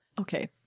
Okay